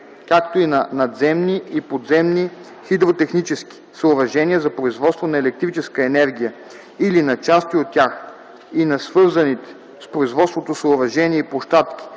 както и на надземни и подземни хидротехнически съоръжения за производство на електрическа енергия или на части от тях и на свързаните с производството съоръжения и площадки